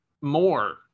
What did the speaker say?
more